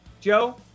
Joe